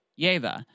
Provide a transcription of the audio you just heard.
Yeva